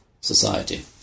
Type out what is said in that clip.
society